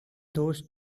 those